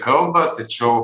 kalbą tačiau